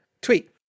Tweet